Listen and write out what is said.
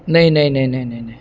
نہیں نہیں نہیں نہیں نہیں نہیں